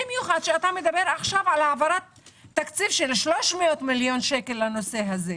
במיוחד שאתה מדבר עכשיו על העברת תקציב של 300 מיליון שקל לנושא הזה.